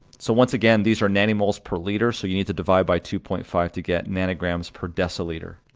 so once again, these are nanomoles per liter, so you need to divide by two point five to get nanograms per deciliter.